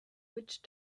witch